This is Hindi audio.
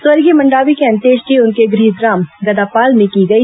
स्वर्गीय मंडावी की अंत्येष्टि उउनके गृहग्राम गदापाल में की गई